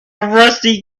rusty